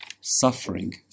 Suffering